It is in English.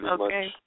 Okay